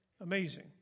Amazing